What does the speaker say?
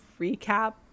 recap